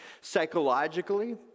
psychologically